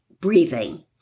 breathing